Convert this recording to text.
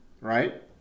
right